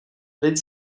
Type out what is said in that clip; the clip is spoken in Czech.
lid